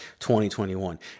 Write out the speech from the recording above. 2021